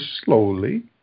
slowly